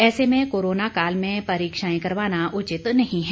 ऐसे में कोरोना काल में परीक्षाएं करवाना उचित नहीं है